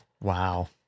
Wow